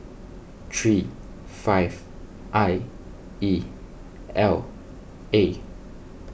three five I E L A